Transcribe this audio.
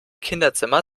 kinderzimmer